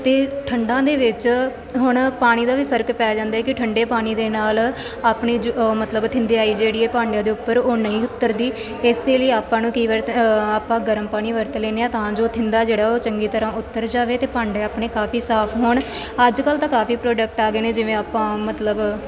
ਅਤੇ ਠੰਡਾਂ ਦੇ ਵਿੱਚ ਹੁਣ ਪਾਣੀ ਦਾ ਵੀ ਫਰਕ ਪੈ ਜਾਂਦਾ ਕਿ ਠੰਡੇ ਪਾਣੀ ਦੇ ਨਾਲ ਆਪਣੇ ਜੋ ਮਤਲਬ ਧੰਦਿਆਈ ਜਿਹੜੀ ਆ ਭਾਂਡਿਆਂ ਦੇ ਉੱਪਰ ਉਹ ਨਹੀਂ ਉੱਤਰਦੀ ਇਸ ਲਈ ਆਪਾਂ ਨੂੰ ਕਈ ਵਾਰ ਤਾਂ ਆਪਾਂ ਗਰਮ ਪਾਣੀ ਵਰਤ ਲੈਂਦੇ ਹਾਂ ਤਾਂ ਜੋ ਥਿੰਦਾ ਜਿਹੜਾ ਉਹ ਚੰਗੀ ਤਰ੍ਹਾਂ ਉੱਤਰ ਜਾਵੇ ਅਤੇ ਭਾਂਡੇ ਆਪਣੇ ਕਾਫ਼ੀ ਸਾਫ਼ ਹੋਣ ਅੱਜ ਕੱਲ੍ਹ ਤਾਂ ਕਾਫ਼ੀ ਪ੍ਰੋਡਕਟ ਆ ਗਏ ਨੇ ਜਿਵੇਂ ਆਪਾਂ ਮਤਲਬ